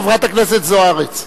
חברת הכנסת זוארץ.